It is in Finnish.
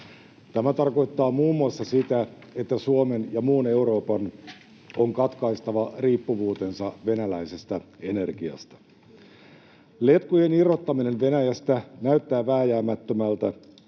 Tämä tarkoittaa muun muassa sitä, että Suomen ja muun Euroopan on katkaistava riippuvuutensa venäläisestä energiasta. Letkujen irrottaminen Venäjästä näyttää vääjäämättömältä,